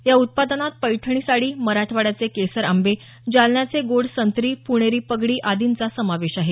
या उत्पादनात पैठणी साडी मराठवाड्याचे केसर आंबे जालन्याचे गोड संत्री पुणेरी पगडी आदींचा समावेश आहे